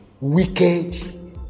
wicked